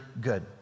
good